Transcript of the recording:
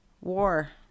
war